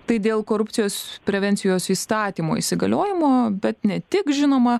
tai dėl korupcijos prevencijos įstatymo įsigaliojimo bet ne tik žinoma